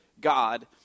God